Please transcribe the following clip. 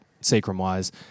sacrum-wise